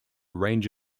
range